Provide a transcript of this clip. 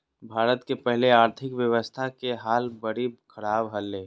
भारत के पहले आर्थिक व्यवस्था के हाल बरी ख़राब हले